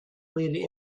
leading